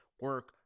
Work